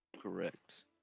Correct